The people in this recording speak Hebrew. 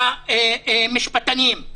המשפטנים,